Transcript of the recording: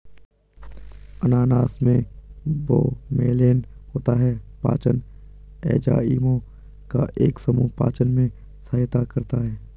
अनानास में ब्रोमेलैन होता है, पाचन एंजाइमों का एक समूह पाचन में सहायता करता है